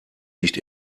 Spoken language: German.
nicht